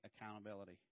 accountability